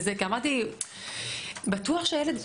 כי אמרתי בטוח שהילד,